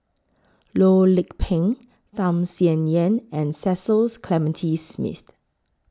Loh Lik Peng Tham Sien Yen and Cecil Clementi Smith